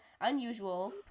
unusual